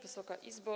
Wysoka Izbo!